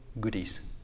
goodies